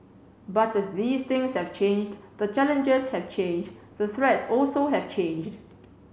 but as these things have changed the challenges have changed the threats also have changed